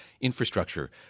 infrastructure